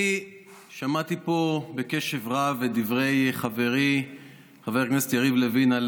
אני שמעתי פה בקשב רב את דברי חברי חבר הכנסת יריב לוין על